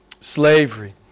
slavery